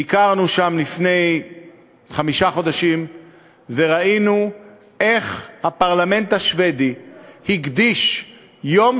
ביקרנו שם לפני חמישה חודשים וראינו איך הפרלמנט השבדי הקדיש יום